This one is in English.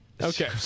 Okay